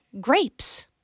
grapes